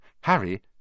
Harry